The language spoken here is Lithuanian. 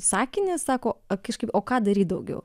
sakinį sako a kažkaip o ką daryt daugiau